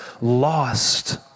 lost